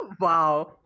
Wow